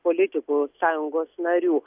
politikų sąjungos narių